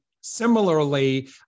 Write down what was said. Similarly